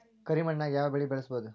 ಕರಿ ಮಣ್ಣಾಗ್ ಯಾವ್ ಬೆಳಿ ಬೆಳ್ಸಬೋದು?